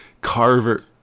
Carver